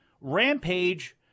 rampage